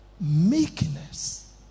Meekness